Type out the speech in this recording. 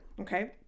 Okay